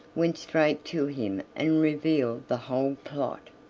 went straight to him and revealed the whole plot.